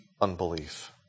unbelief